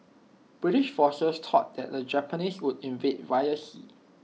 British forces thought that the Japanese would invade via sea